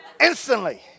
Instantly